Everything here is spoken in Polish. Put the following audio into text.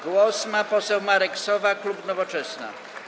Głos ma poseł Marek Sowa, klub Nowoczesna.